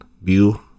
view